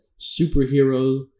superhero